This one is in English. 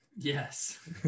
Yes